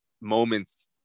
moments